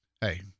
hey